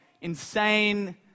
Insane